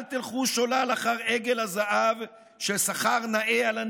אל תלכו שולל אחר עגל הזהב של שכר נאה על הנייר.